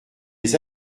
les